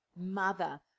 mother